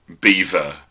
beaver